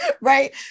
Right